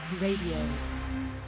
radio